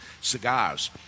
cigars